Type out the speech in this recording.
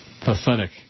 Pathetic